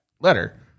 letter